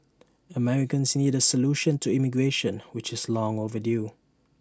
Americans need A solution to immigration which is long overdue